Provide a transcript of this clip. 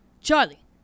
Charlie